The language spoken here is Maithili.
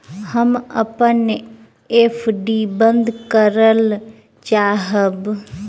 हम अपन एफ.डी बंद करय चाहब